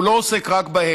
הוא לא עוסק רק בהם,